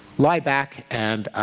lie back and